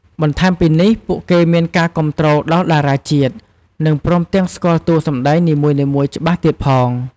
បន្ថែមពីនេះ ពួកគេមានការគាំទ្រដល់តារាជាតិ និងព្រមទាំងស្គាល់តួសម្ដែងនីមួយៗច្បាស់ទៀតផង។